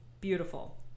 Beautiful